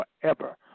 forever